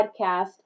podcast